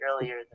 earlier